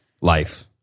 Life